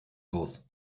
aus